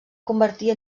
convertir